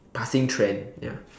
passing trend ya